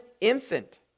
infant